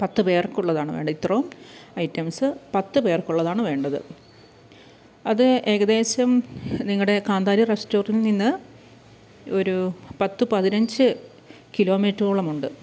പത്ത് പേർക്കുളളതാണ് വേണ്ടത് ഇത്രയും ഐറ്റംസ് പത്ത് പേർക്കുള്ളതാണ് വേണ്ടത് അത് ഏകദേശം നിങ്ങളുടെ കാന്താരി റെസ്റ്റോറൻറ്റി നിന്ന് ഒരു പത്ത് പതിനഞ്ച് കിലോമീറ്ററോളം ഉണ്ട്